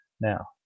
Now